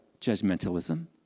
Judgmentalism